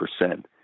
percent